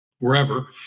wherever